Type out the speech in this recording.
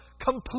complete